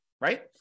right